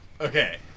okay